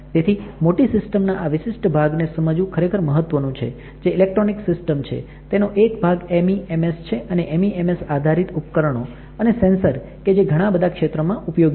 તેથી મોટી સિસ્ટમના આ વિશિષ્ટ ભાગને સમજવું ખરેખર મહત્વનું છે જે ઇલેક્ટ્રોનિક સિસ્ટમ છે તેનો એક ભાગ MEMS છે અને MEMS આધારિત ઉપકરણો અને સેન્સર્સ કે જે ઘણા બધા ક્ષેત્ર માં ઉપયોગી છે